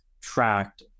tracked